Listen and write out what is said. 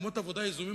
מקומות עבודה יזומים,